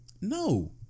No